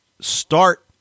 start